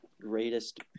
greatest